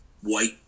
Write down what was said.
white